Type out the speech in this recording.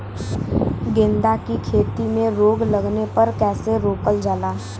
गेंदा की खेती में रोग लगने पर कैसे रोकल जाला?